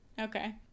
Okay